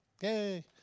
Yay